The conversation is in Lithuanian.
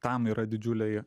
tam yra didžiuliai